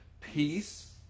peace